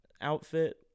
outfit